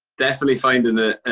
definitely findin' it